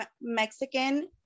Mexican